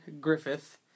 Griffith